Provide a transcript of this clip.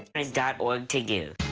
is dot org to you.